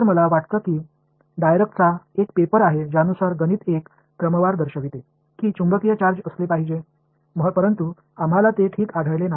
உண்மையில் டைராக் ஒரு கட்டுரையில் இங்கு ஒரு காந்தக் சார்ஜ் இருக்க வேண்டும் என்பதை கணித ரீதியாகக் காட்டி இருக்கிறார் ஆனால் நாம் அதை கண்டுபிடிக்கவில்லை